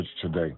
today